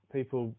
People